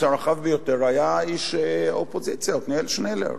הרחב ביותר היה איש האופוזיציה עתניאל שנלר,